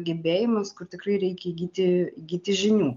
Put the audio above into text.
gebėjimus kur tikrai reikia įgyti įgyti žinių